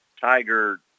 Tiger